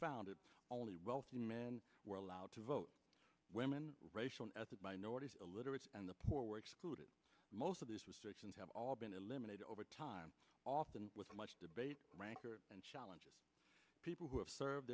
founded only wealthy men were allowed to vote women racial ethnic minorities illiterates and the poor were excluded most of those restrictions have all been eliminated over time often with much debate rancor and challenges people who have serve